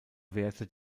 werte